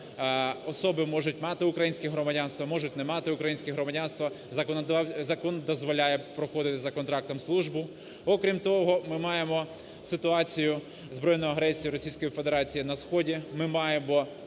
особи можуть мати українське громадянство, можуть не мати українське громадянство, закон дозволяє проходити за контрактом службу. Окрім того, ми маємо ситуацію – збройну агресію Російської Федерації на сході.